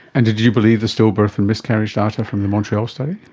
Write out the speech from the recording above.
and did you believe the stillbirth and miscarriage data from the montreal study?